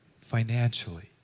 financially